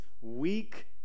weak